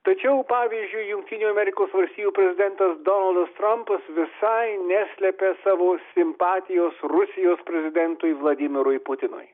tačiau pavyzdžiui jungtinių amerikos valstijų prezidentas donaldas trumpas visai neslepia savo simpatijos rusijos prezidentui vladimirui putinui